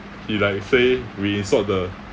he like say we installed the